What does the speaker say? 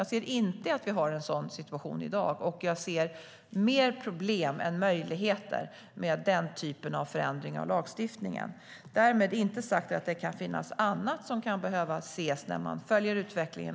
Jag ser dock inte att vi har en sådan situation i dag, och jag ser mer problem än möjligheter med den typen av förändringar av lagstiftningen. Därmed är inte sagt att det inte kan finnas annat som kan behöva justeras när man följer utvecklingen.